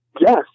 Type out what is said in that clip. Yes